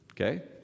Okay